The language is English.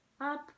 up